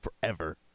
forever